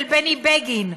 של בני בגין,